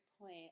point